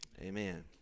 Amen